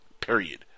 period